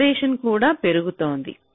separation కూడా పెరుగుతోంది